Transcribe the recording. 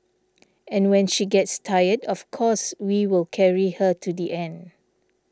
and when she gets tired of course we will carry her to the end